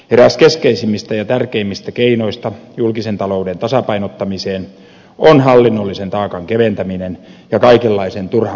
eräs keskeisimmistä ja tärkeimmistä keinoista julkisen talouden tasapainottamiseksi on hallinnollisen taakan keventäminen ja kaikenlaisen turhan byrokratian karsiminen